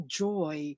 joy